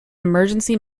emergency